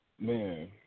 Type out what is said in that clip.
man